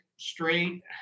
straight